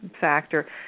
factor